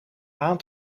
aan